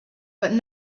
but